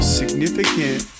significant